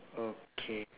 okay